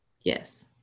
Yes